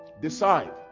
Decide